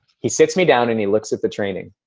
he sits me down and he looks at the training.